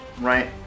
Right